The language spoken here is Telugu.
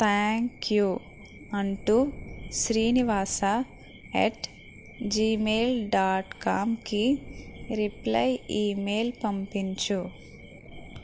థ్యాంక్ యూ అంటూ శ్రీనివాస ఎట్ జీమెయిల్ డాట్ కామ్కి రిప్లయ్ ఈమెయిల్ పంపించు